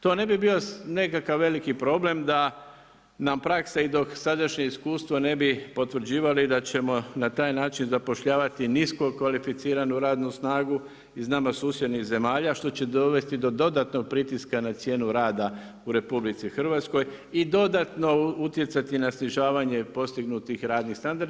To ne bi bio nekakav veliki problem da nam praksa i dok sadašnje iskustvo ne bi potvrđivali da ćemo na taj način zapošljavati nisko kvalificiranu radnu snagu iz nama susjednih zemalja što će dovesti do dodatnog pritiska na cijenu rada u RH i dodatno utjecati na snižavanje postignutih radnih standarda.